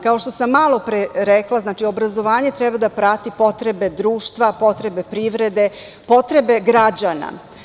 Kao što sam malopre navela, obrazovanje treba da prati potrebe društva, potrebe privrede, potrebe građana.